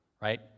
right